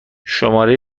شماره